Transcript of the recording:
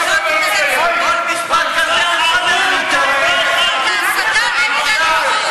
כל משפט כזה, עוד חמישה מנדטים.